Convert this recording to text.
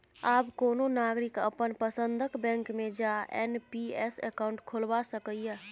आब कोनो नागरिक अपन पसंदक बैंक मे जा एन.पी.एस अकाउंट खोलबा सकैए